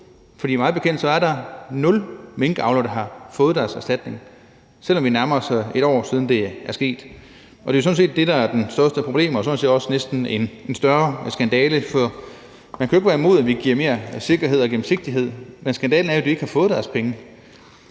For mig bekendt er der nul minkavlere, der har fået deres erstatning, selv om vi nærmer os det tidspunkt, hvor det er et år siden, at det er sket. Det er sådan set det, der er det største problem og sådan set også næsten en større skandale. For man kan jo ikke være imod, at vi giver mere sikkerhed og gennemsigtighed. Men skandalen er jo, at de ikke har fået deres penge.